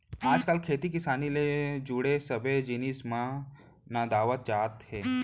आज काल खेती किसानी ले जुड़े सब्बे जिनिस मन नंदावत जात हें